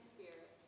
Spirit